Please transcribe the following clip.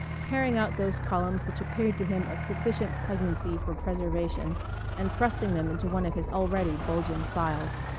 tearing out those columns which appeared to him of sufficient pregnancy for preservation and thrusting them into one of his already bulging files.